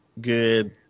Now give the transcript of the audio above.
good